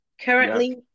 currently